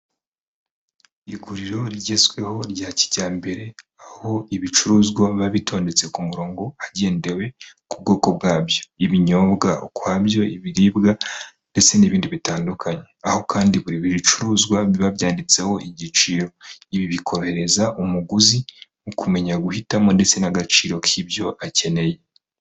Iguriro rigezweho rya kijyambere aho ibicuruzwa biba bitondetse ku murongo hagendewe ku bwoko bwabyo. ibinyobwa ukwabyo ibiribwa ndetse n'ibindi bitandukanye. Aho kandi buri bicuruzwa biba byanditseho igiciro ibi bikohereza umuguzi mu kumenya guhitamo ndetse n'agaciro k'ibyo akeneye.